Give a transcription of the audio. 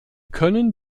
können